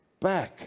back